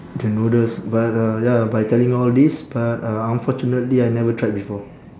the noodles but uh ya but I telling all this but uh unfortunately I never tried before